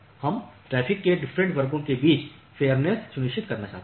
हम ट्रैफिक के डिफरेंट वर्गों के बीच फेयरनेस सुनिश्चित करना चाहते हैं